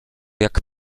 jak